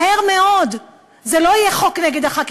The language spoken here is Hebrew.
מהר מאוד זה לא יהיה חוק נגד חברי